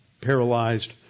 paralyzed